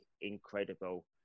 incredible